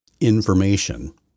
information